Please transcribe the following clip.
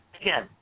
Again